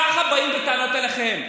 ככה באים בטענות אליכם.